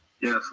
Yes